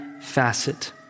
facet